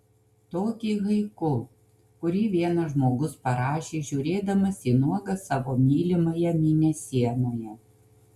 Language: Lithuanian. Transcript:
tokį haiku kurį vienas žmogus parašė žiūrėdamas į nuogą savo mylimąją mėnesienoje